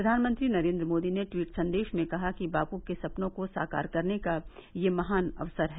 प्रधानमंत्री नरेंद्र मोदी ने टवीट संदेश में कहा कि बापू के सपनों को साकार करने का यह महान अवसर है